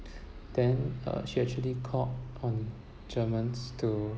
then uh she actually called on germans to